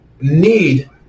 need